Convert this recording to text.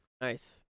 Nice